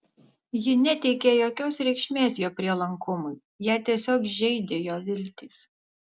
ji neteikė jokios reikšmės jo prielankumui ją tiesiog žeidė jo viltys